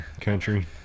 country